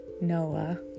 Noah